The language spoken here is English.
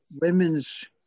women's